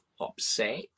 upset